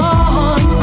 on